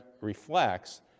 reflects